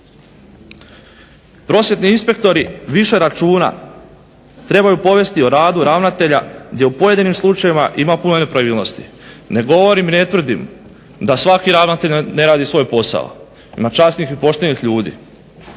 Prosvjetni inspektori više računa trebaju povesti o radu ravnatelja gdje u pojedinim slučajevima ima puno nepravilnosti. Ne govorim i ne tvrdim da svaki ravnatelj ne radi svoj posao. Ima časnih i poštenih ljudi.